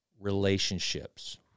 relationships